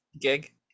gig